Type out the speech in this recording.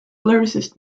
lyricist